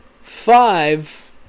Five